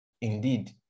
indeed